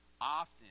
often